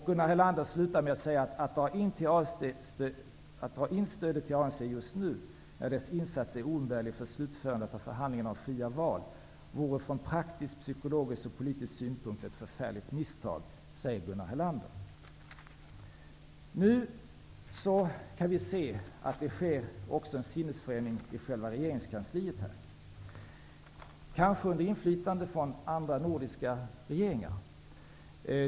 Gunnar Helander avslutar sitt brev så här: ''Att dra in stödet till ANC just nu, när dess insats är oumbärlig för slutförandet av förhandlingarna om fria val, vore från praktisk, psykologisk och politisk synpunkt ett förfärligt misstag.'' Nu kan vi se att det sker en sinnesförändring också i själva regeringskansliet, kanske under inflytande från andra nordiska regeringar.